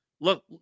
look